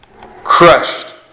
crushed